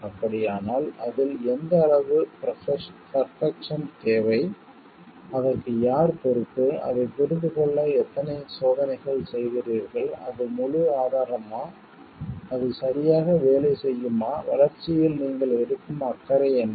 அப்படியானால் அதில் எந்த அளவு பர்ஃபெக்ஷன் தேவை அதற்கு யார் பொறுப்பு அதை புரிந்து கொள்ள எத்தனை சோதனைகள் செய்கிறீர்கள் அது முழு ஆதாரமா அது சரியாக வேலை செய்யுமா வளர்ச்சியில் நீங்கள் எடுக்கும் அக்கறை என்ன